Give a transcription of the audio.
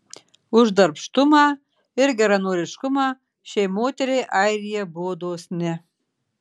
už darbštumą ir geranoriškumą šiai moteriai airija buvo dosni